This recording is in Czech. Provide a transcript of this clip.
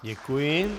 Děkuji.